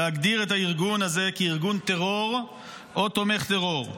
להגדיר את הארגון הזה כארגון טרור או תומך טרור,